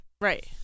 Right